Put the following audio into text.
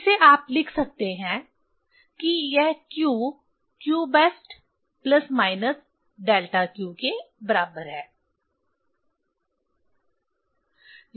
फिर से आप लिख सकते हैं कि यह q q best plus minus delta q के बराबर है